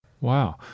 Wow